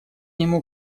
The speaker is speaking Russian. нему